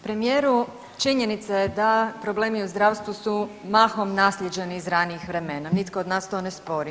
Premijeru činjenica je da problemi u zdravstvu su mahom naslijeđeni iz ranijih vremena, nitko od nas to ne spori.